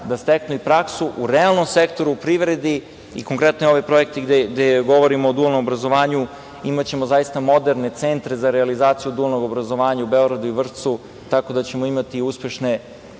da steknu i praksu u realnom sektoru, u privredi. Konkretno, ovi projekti gde govorimo o dualnom obrazovanju, imaćemo zaista moderne centre za realizaciju dualnog obrazovanja u Beogradu i Vršcu, tako da ćemo imati i uspešne